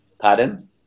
pardon